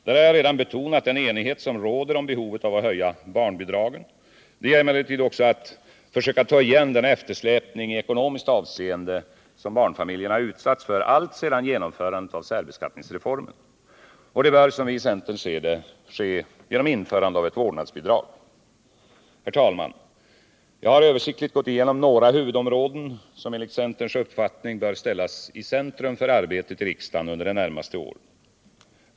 Där har jag redan betonat den enighet som råder om behovet av att höja barnbidragen. Det gäller emellertid också att försöka ta igen den eftersläpning i ekonomiskt avseende som barnfamiljerna utsatts för alltsedan genomförandet av särbeskattningsreformen. Det bör som vi i centern ser det ske genom införandet av ett vårdnadsbidrag. Herr talman! Jag har här översiktligt gått igenom några huvudområden som enligt centerns uppfattning bör ställas i centrum för arbetet i riksdagen under det närmaste året.